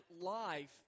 life